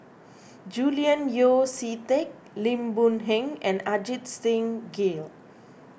Julian Yeo See Teck Lim Boon Heng and Ajit Singh Gill